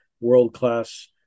world-class